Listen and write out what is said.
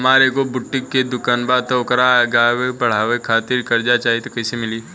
हमार एगो बुटीक के दुकानबा त ओकरा आगे बढ़वे खातिर कर्जा चाहि त कइसे मिली?